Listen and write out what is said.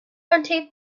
untaped